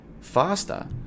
faster